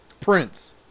Prince